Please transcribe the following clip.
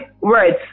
words